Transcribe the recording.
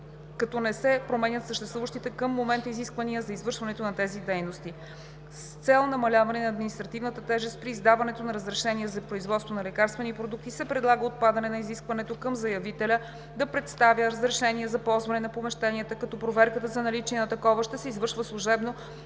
като не се променят съществуващите към момента изисквания за извършването на тези дейности. С цел намаляване на административната тежест при издаването на разрешение за производство на лекарствени продукти се предлага отпадане на изискването към заявителя да представя разрешение за ползване на помещенията, като проверката за наличие на такова ще се извършва служебно